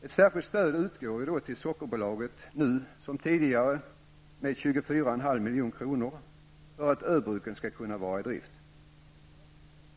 Ett särskilt stöd utgår ju till för att ö-bruken skall kunna vara i drift.